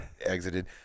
exited